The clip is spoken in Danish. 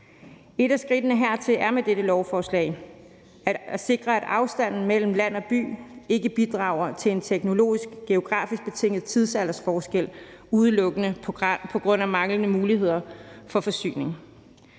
Et af skridtene hertil er med dette lovforslag at sikre, at afstanden mellem land og by ikke bidrager til en geografisk betinget teknologisk tidsalderforskel udelukkende på grund af manglende muligheder for forsyning.